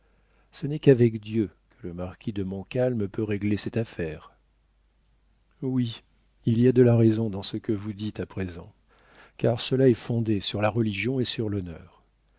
ce n'est qu'avec dieu que le marquis de montcalm peut régler cette affaire oui il y a de la raison dans ce que vous dites à présent car cela est fondé sur la religion et sur l'honneur